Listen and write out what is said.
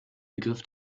begriff